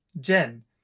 jen